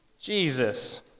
Jesus